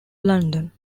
london